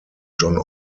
john